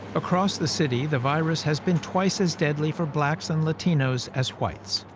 across the city, the virus has been twice as deadly for blacks and latinos as whites,